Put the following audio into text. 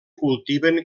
cultiven